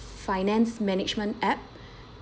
finance management app